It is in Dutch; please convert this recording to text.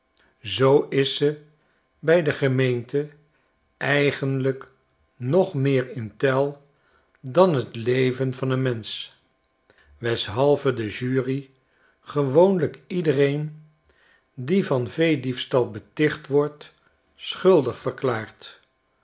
zoo is ze bij de gemeente eigenlijk nog meer in tel dan t leven van een mensch weshalve de jury gewoonlijk iedereen die van vee diefstal beticht wordt schuldig verklaart